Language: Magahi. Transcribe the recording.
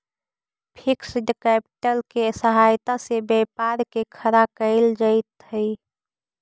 फिक्स्ड कैपिटल के सहायता से व्यापार के खड़ा कईल जइत हई